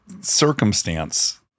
circumstance